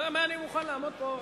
אני מוכן לעמוד פה.